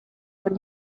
when